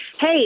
Hey